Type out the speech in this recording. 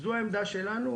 זו העמדה שלנו,